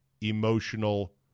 emotional